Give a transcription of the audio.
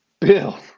Bill